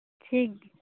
ᱴᱷᱤᱠ